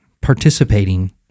participating